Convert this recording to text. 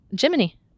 Jiminy